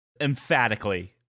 emphatically